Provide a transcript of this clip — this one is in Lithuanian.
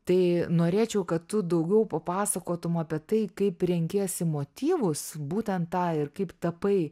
tai norėčiau kad tu daugiau papasakotum apie tai kaip renkiesi motyvus būtent tą ir kaip tapai